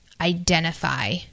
identify